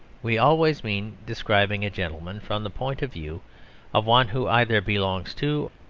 we always mean describing a gentleman from the point of view of one who either belongs to,